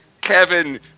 Kevin